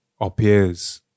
appears